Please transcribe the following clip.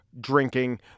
drinking